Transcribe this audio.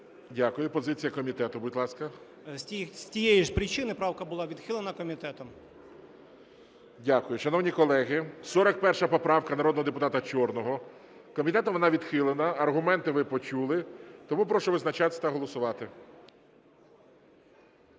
Дякую. Позиція комітету, будь ласка. 13:41:00 СОВА О.Г. З тієї ж причини правка була відхилена комітетом. ГОЛОВУЮЧИЙ. Дякую. Шановні колеги, 41 поправка народного депутата Чорного. Комітетом вона відхилена, аргументи ви почули. Тому прошу визначатись та голосувати.